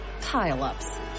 pile-ups